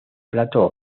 plato